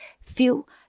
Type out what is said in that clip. feel